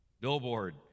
Billboard